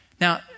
Now